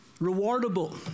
rewardable